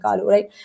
right